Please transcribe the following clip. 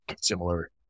similar